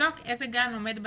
לבדוק איזה גן עומד בתקנים,